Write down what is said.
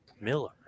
Miller